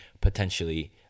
potentially